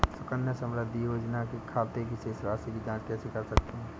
सुकन्या समृद्धि योजना के खाते की शेष राशि की जाँच कैसे कर सकते हैं?